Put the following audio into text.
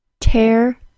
Tear